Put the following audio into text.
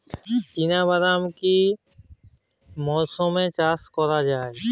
চিনা বাদাম কি রবি মরশুমে চাষ করা যায়?